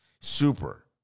Super